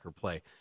play